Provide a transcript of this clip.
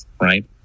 Right